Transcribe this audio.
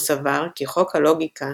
הוא סבר כי חוקי הלוגיקה